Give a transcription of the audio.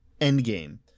Endgame